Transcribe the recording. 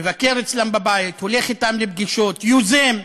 מבקר אצלם בבית, הולך אתם לפגישות, יוזם.